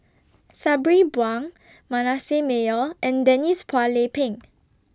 Sabri Buang Manasseh Meyer and Denise Phua Lay Peng